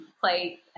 play